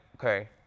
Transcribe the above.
okay